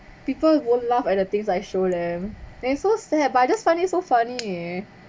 people won't laugh at the things I show them that is so sad but I just find it so funny eh